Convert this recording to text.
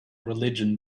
religion